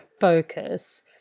focus